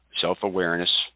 self-awareness